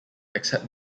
except